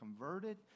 converted